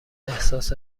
احساس